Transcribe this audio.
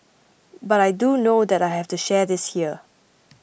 but I do know that I have to share this here